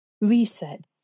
Reset